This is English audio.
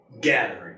gathering